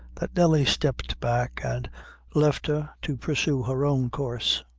that nelly stepped back and left her to pursue her own course.